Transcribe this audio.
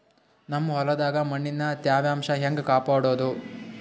ನಮ್ ಹೊಲದಾಗ ಮಣ್ಣಿನ ತ್ಯಾವಾಂಶ ಹೆಂಗ ಕಾಪಾಡೋದು?